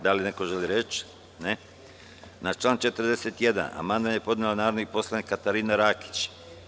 Da li neko želi reč? (Ne) Na član 41. amandman je podnela narodni poslanik Katarina Rakić.